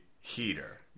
heater